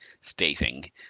stating